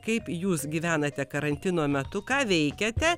kaip jūs gyvenate karantino metu ką veikiate